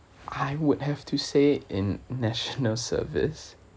I would have to say in national service